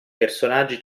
personaggi